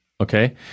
Okay